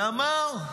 ואמר: